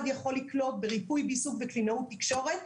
יכול לקלוט בריפוי בעיסוק בקלינאות תקשורת.